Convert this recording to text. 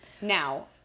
Now